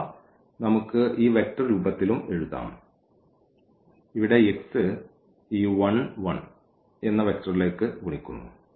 അഥവാ നമുക്ക് ഈ വെക്റ്റർ രൂപത്തിലും എഴുതാം ഇവിടെ x ഈ 1 1 എന്ന വെക്റ്ററിലേക്ക് ഗുണിക്കുന്നു